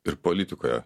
ir politikoje